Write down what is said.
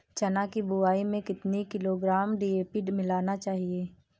चना की बुवाई में कितनी किलोग्राम डी.ए.पी मिलाना चाहिए?